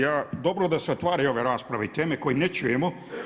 Ja, dobro da se otvaraju ove rasprave i teme koje ne čujemo.